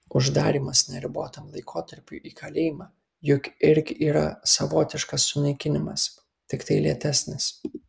uždarymas neribotam laikotarpiui į kalėjimą juk irgi yra savotiškas sunaikinimas tiktai lėtesnis